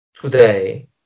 today